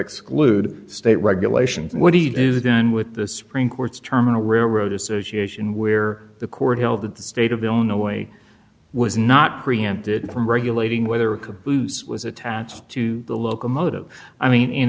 exclude state regulations what do you do then with the supreme court's terminal railroad association where the court held that the state of illinois was not preempted from regulating weather could lose was attached to the locomotive i mean